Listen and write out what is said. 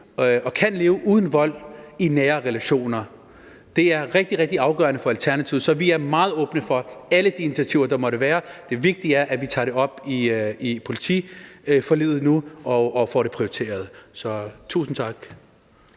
igen kan leve uden vold i nære relationer. Det er rigtig, rigtig afgørende for Alternativet, så vi er meget åbne for alle de initiativer, der måtte være. Det vigtige er, at vi tager det op i politiforliget nu og får det prioriteret. Tusind tak.